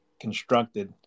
constructed